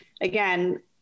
again